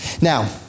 Now